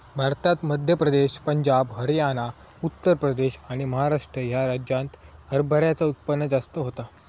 भारतात मध्य प्रदेश, पंजाब, हरयाना, उत्तर प्रदेश आणि महाराष्ट्र ह्या राज्यांत हरभऱ्याचा उत्पन्न जास्त होता